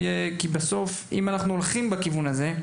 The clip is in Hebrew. כי אם אנחנו הולכים בכיוון הזה,